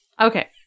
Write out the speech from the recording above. Okay